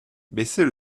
baissez